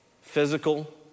Physical